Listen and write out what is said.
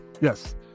Yes